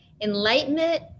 enlightenment